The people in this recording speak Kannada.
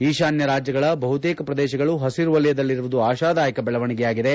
ಈಶಾನ್ಯ ರಾಜ್ಯಗಳ ಬಹುತೇಕ ಪ್ರದೇಶಗಳು ಹಸಿರು ವಲಯದಲ್ಲಿರುವುದು ಆಶಾದಾಯಕ ಬೆಳವಣಿಗೆಯಾಗಿದೆ